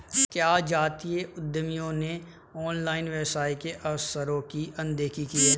क्या जातीय उद्यमियों ने ऑनलाइन व्यवसाय के अवसरों की अनदेखी की है?